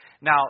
Now